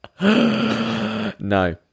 No